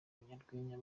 abanyarwenya